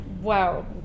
Wow